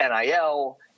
NIL